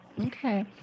Okay